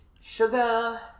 Sugar